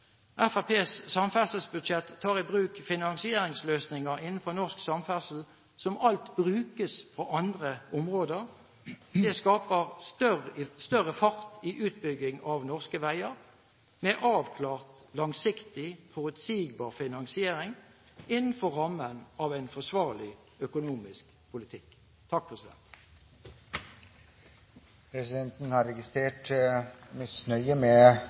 samferdselsbudsjett tar i bruk finansieringsløsninger innenfor norsk samferdsel som alt brukes på andre områder. Det skaper større fart i utbyggingen av norske veier, med en avklart, langsiktig og forutsigbar finansiering innenfor rammen av en forsvarlig økonomisk politikk. Presidenten har registrert misnøye med